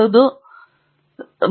ಇದು ದೊಡ್ಡದಾಗಿದೆ